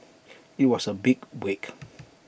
IT was A big break